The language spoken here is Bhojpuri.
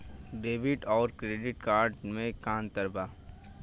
डेबिट आउर क्रेडिट कार्ड मे का अंतर बा?